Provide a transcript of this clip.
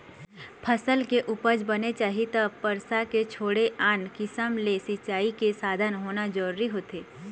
फसल के उपज बने चाही त बरसा के छोड़े आन किसम ले सिंचई के साधन होना जरूरी होथे